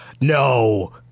No